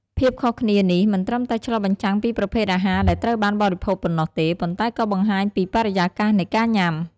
ភាពខុសគ្នានេះមិនត្រឹមតែឆ្លុះបញ្ចាំងពីប្រភេទអាហារដែលត្រូវបានបរិភោគប៉ុណ្ណោះទេ ប៉ុន្តែក៏បង្ហាញពីបរិយាកាសនៃការញ៉ាំ។